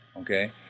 okay